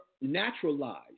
naturalized